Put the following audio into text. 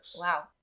Wow